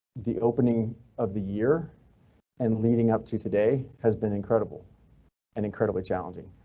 the opening of the year and leading up to today has been incredible and incredibly challenging.